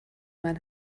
man